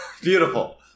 Beautiful